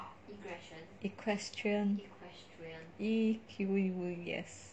question equestrian e q u e s